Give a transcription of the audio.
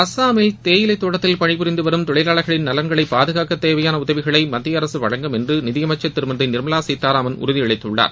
அசாமில் தேயிலை தோட்டத்தில் பணிபுரிந்து வரும் தொழிலாளர்களின் நலன்களை பாதுகாக்க தேவையான உதவிகளை மத்திய அரசு வழங்கும் என்று நிதியமைச்சர் திருமதி நிர்மலா சீதாராமன் உறுதியளித்துள்ளார்